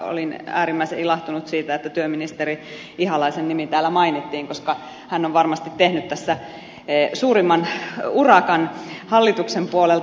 olin äärimmäisen ilahtunut siitä että työministeri ihalaisen nimi täällä mainittiin koska hän on varmasti tehnyt tässä suurimman urakan hallituksen puolelta